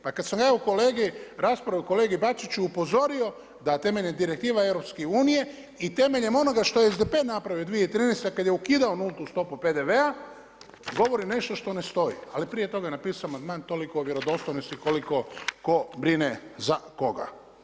Pa kad ja kolegi rasprava u kolegi Bačiću upozorio da temeljem direktivna EU i temeljem onoga što je SDP napravio 2013. kada je ukidao nultu stopu PDV-a, govori nešto što ne stoji, ali prije toga je napisao amandman, toliko o vjerodostojnosti koliko tko brine za koga.